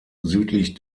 südlich